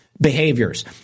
Behaviors